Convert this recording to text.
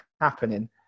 happening